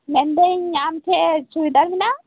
ᱢᱮᱱᱫᱟᱹᱧ ᱟᱢ ᱴᱷᱮᱡ ᱪᱩᱲᱤᱫᱟᱨ ᱢᱮᱱᱟᱜᱼᱟ